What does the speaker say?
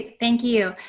thank you.